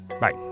Bye